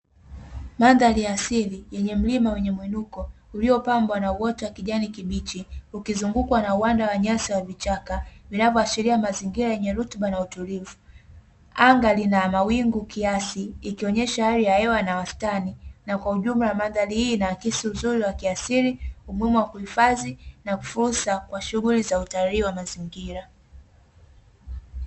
Mandhari ya asili yenye mlima wenye mwinuko uliopambwa na uoto wa kijani kibichi, ukizungukwa na uwanja wa nyasi wa vichaka vinavyoashiria mazingira yenye rutuba na utulivu. Anga lina mawingu kiasi ikionyesha hali ya hewa na wastani, na kwa ujumla mandhari hii inaakisi uzuri wa kiasili, umuhimu wa kuifadhi na fursa kwa shughuli za utalii wa mazingira.